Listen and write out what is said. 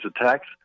attacks